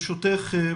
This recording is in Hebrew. ברשותך,